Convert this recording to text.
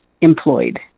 employed